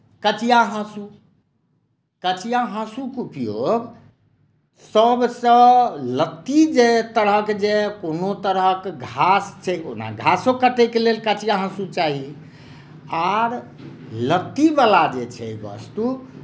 कचिया हाँसू कचिया हाँसूके उपयोग सभसँ लत्ती जे तरहक जे कोनो तरहक घास छै ओना घासो कटयके लेल कचिया हाँसू चाही आओर लत्तीवला जे छै वस्तु